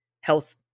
health